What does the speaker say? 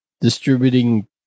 distributing